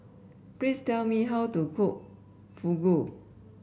please tell me how to cook Fugu